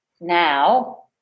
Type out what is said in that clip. now